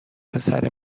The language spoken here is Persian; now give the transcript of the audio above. پسر